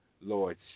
Lord